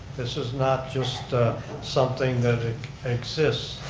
this is not just something that exists.